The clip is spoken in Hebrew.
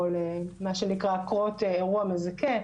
או למה שנקרא קרות אירוע מזכה,